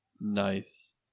Nice